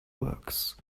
works